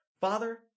Father